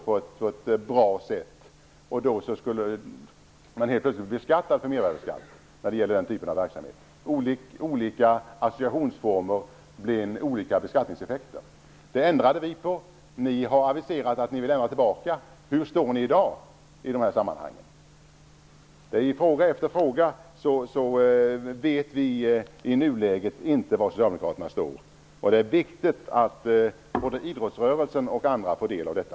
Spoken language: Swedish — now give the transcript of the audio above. Helt plötsligt skulle den typen av verksamhet beläggas med mervärdesskatt, och det blev olika beskattningseffekter för olika associationsformer. Det ändrade vi på, men ni har nu aviserat att ni vill ändra tillbaka. Var står ni i dag i de här sammanhangen? I fråga efter fråga vet vi inte var Socialdemokraterna står i nuläget. Det är viktigt att både idrottsrörelsen och andra får del av detta.